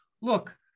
look